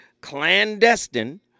clandestine